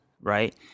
right